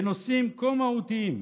בנושאים כה מהותיים,